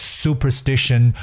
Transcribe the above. superstition